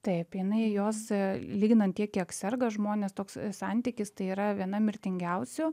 taip jinai jos lyginant tiek kiek serga žmonės toks santykis tai yra viena mirtingiausių